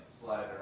Slider